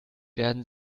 werden